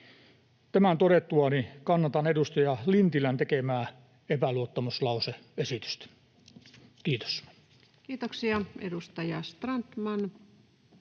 Tämän todettuani kannatan edustaja Lintilän tekemää epäluottamuslause-esitystä. — Kiitos. Kiitoksia. — Edustaja Strandman,